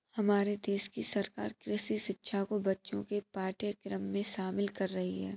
हमारे देश की सरकार कृषि शिक्षा को बच्चों के पाठ्यक्रम में शामिल कर रही है